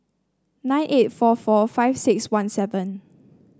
nine eight four four five six one seven